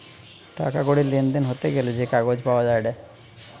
টাকা কড়ির লেনদেন হতে গ্যালে যে কাগজ পাওয়া যায়েটে